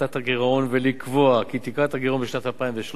הפחתת הגירעון ולקבוע כי תקרת הגירעון בשנת 2013